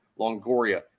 Longoria